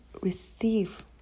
receive